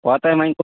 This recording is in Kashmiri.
واتے وۅنۍ بہٕ